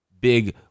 big